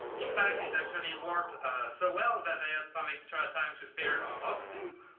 in fact, it actually worked so well that i had some extra time to spare on other things.